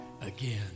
again